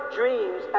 dreams